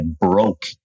broke